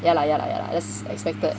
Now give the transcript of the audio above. ya lah ya lah ya lah that's expected